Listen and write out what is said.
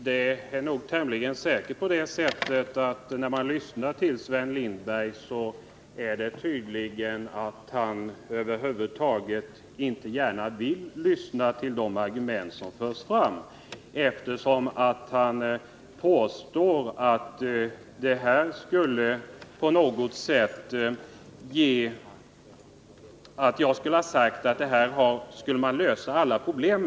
Herr talman! Av Sven Lindbergs uttalande att döma lyssnar han över huvud taget inte gärna till de argument som förs fram. Han påstår att jag har sagt att man på det här sättet skulle lösa alla problem.